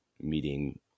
meeting